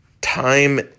time